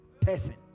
person